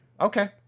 Okay